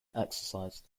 exercised